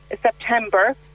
September